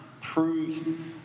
prove